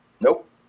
Nope